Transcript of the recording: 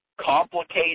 complicated